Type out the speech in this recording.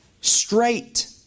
straight